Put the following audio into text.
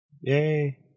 Yay